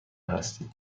هستید